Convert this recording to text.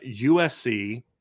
USC